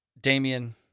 Damien